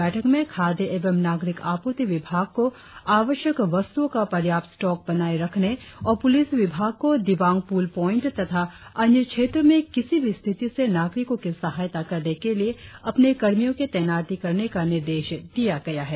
बैठक में खाद्य एवं नाग़रिक आपूर्ति विभाग को आवश्यक वस्तुओं का पर्याप्त स्टॉक बनाए रखने और पुलिस विभाग को दिबांग पुल पॉईंट तथा अन्य क्षेत्रों में किसी भी स्थिति में नाग़रिकों की सहायता करने के लिए अपने कर्मियों की तैनाती करने का निर्देश दिया गया है